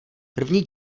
první